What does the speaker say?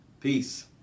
peace